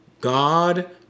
God